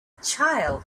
child